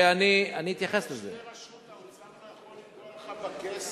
האוצר לא יכול לגעת לך בכסף.